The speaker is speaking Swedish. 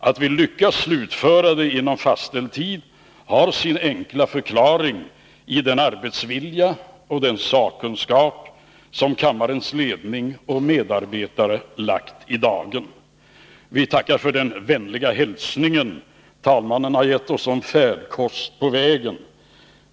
Att vi lyckats slutföra arbetet inom fastställd tid har sin enkla förklaring i den arbetsvilja och sakkunskap som kammarens ledning med medarbetare lagt i dagen. Vi tackar för den vänliga hälsning talmannen har gett oss som färdkost på vägen.